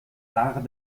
war